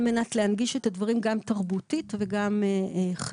על מנת להנגיש את הדברים בפן התרבותי ובפן החברתי.